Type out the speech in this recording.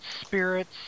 spirits